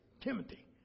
Timothy